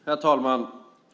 Herr talman!